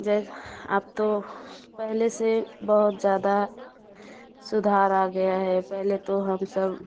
जैसा आप तो पहले से बहुत ज्यादा सुधार आ गया है पहले तो हम सब